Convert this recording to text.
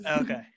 Okay